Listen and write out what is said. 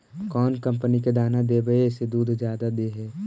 कौन कंपनी के दाना देबए से दुध जादा दे है?